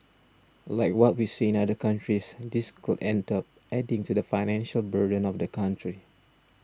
like what we see in other countries this could end up adding to the financial burden of the country